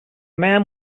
man